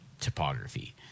topography